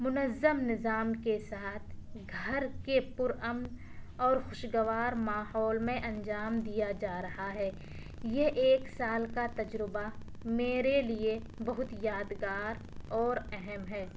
منظم نظام کے ساتھ گھر کے پر امن اور خوشگوار ماحول میں انجام دیا جا رہا ہے یہ ایک سال کا تجربہ میرے لیے بہت یادگار اور اہم ہے